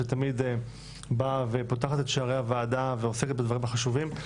שתמיד באה ופותחת את שערי הוועדה ועוסקת בנושאים החשובים הללו.